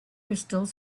crystal